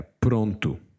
pronto